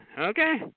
Okay